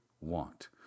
want